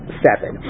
seven